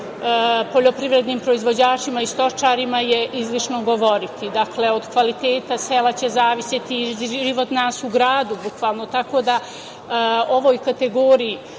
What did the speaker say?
poljoprivrednim proizvođačima i stočarima je izlišno govoriti. Dakle, od kvaliteta sela će zavisiti i život nas u gradu, bukvalno. Tako da, ovoj kategoriji